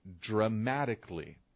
dramatically